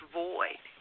void